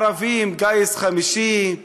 הערבים גיס חמישי,